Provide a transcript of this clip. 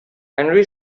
henry